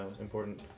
important